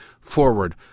forward